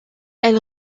elle